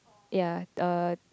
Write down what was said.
ya uh